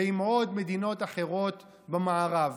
ועם עוד מדינות אחרות במערב.